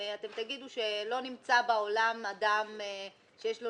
אתם תגידו שלא נמצא בעולם אדם שיש לו